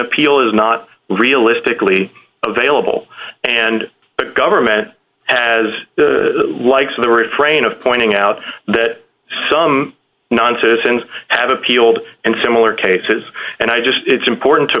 appeal is not realistically available and the government has the likes of the refrain of pointing out that some non citizens have appealed and similar cases and i just it's important to